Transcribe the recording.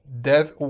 Death